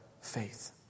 faith